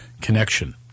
connection